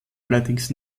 allerdings